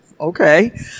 Okay